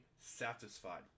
satisfied